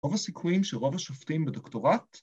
‫רוב הסיכויים שרוב השופטים בדוקטורט...